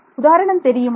உதாரணம் தெரியுமா